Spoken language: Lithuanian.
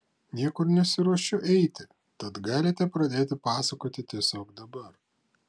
niekur nesiruošiu eiti tad galite pradėti pasakoti tiesiog dabar